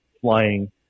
flying